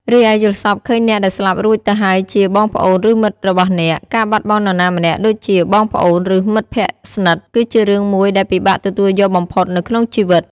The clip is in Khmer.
រីឯយល់សប្តិឃើញអ្នកដែលស្លាប់រួចទៅហើយជា បងប្អូន ឬមិត្តរបស់អ្នក ការបាត់បង់នរណាម្នាក់ ដូចជាបងប្អូន ឬ មិត្តភក្ដិស្និទ្ធ គឺជារឿងមួយ ដែលពិបាកទទួលយកបំផុត នៅក្នុងជីវិត ។